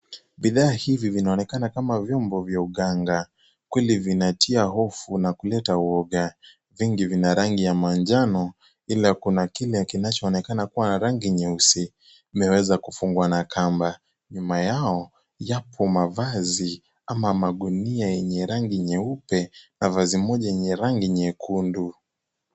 Bidhaa hivi vinaonekana kama vyombo vya uganga, kweli vinatia hofu na kuleta uoga. Vingi vina rangi ya manjano ila kuna kile kinaonekana kubwa na rangi nyeusi, kimeweza kufungwa na kamba. Nyuma yao yapo mavazi ama magunia yenye rangi nyeupe na vazi moja yenye rangi nyekundu.